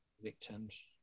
victims